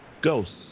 ghosts